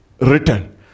written